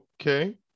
okay